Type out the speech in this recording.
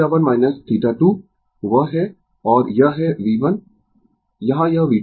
वह है और यह है V1 यहाँ यह V2 है